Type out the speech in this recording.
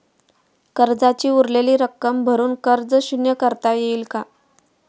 कर्जाची उरलेली रक्कम भरून कर्ज शून्य करता येईल का?